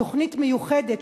תוכנית מיוחדת,